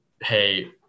hey